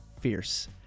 fierce